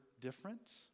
different